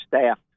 staff